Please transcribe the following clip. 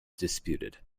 disputed